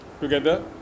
together